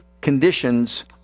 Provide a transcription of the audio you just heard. conditions